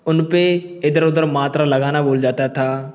उनपे इधर उधर मात्रा लगाना भूल जाता था